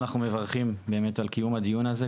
אנחנו מברכים על קיום הדיון הזה,